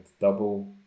double